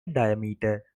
diameter